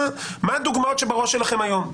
מה הדוגמאות שבראש שלכם היום?